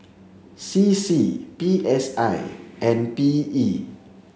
C C P S I and P E